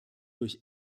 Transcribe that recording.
durch